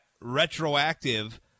retroactive